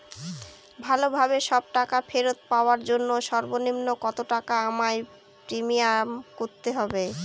ভালোভাবে সব টাকা ফেরত পাওয়ার জন্য সর্বনিম্ন কতটাকা আমায় প্রিমিয়াম ভরতে হবে?